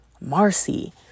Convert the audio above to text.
Marcy